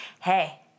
Hey